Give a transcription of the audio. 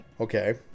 Okay